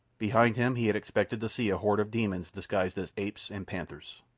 behind him he had expected to see a horde of demons disguised as apes and panthers.